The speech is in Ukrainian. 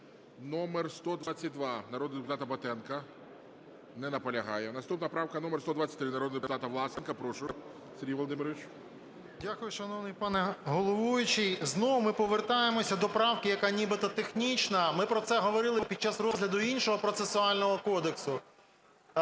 номер 122, народного депутата Батенка. Не наполягає. Наступна правка - номер 123, народного депутата Власенка. Прошу, Сергій Володимирович. 12:47:24 ВЛАСЕНКО С.В. Дякую, шановний пане головуючий. Знову ми повертаємося до правки, яка нібито технічна. Ми про це говорили під час розгляду іншого процесуального кодексу.